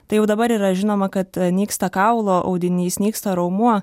tai jau dabar yra žinoma kad nyksta kaulo audinys nyksta raumuo